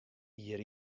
jier